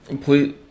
Please